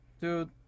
Dude